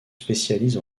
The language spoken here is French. spécialise